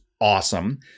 awesome